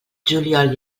juliol